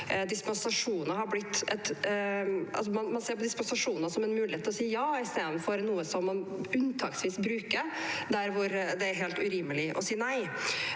man ser på dispensasjoner som en mulighet til å si ja i stedet for noe som man unntaksvis bruker der hvor det er helt urimelig å si nei.